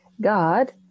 God